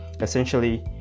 essentially